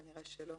כנראה, לא.